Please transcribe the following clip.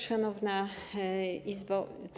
Szanowna Izbo!